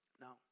Now